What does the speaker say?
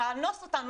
לאנוס אותנו,